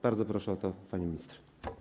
Bardzo proszę o to, pani minister.